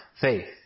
faith